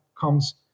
comes